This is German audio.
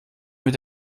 mit